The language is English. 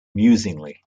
musingly